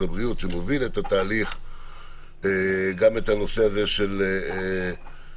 הבריאות שמוביל את התהליך גם את הנושא הזה של אנשים